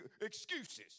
excuses